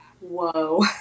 whoa